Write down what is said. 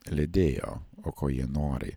leidėjo o ko jie nori